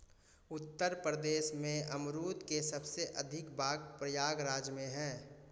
उत्तर प्रदेश में अमरुद के सबसे अधिक बाग प्रयागराज में है